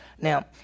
Now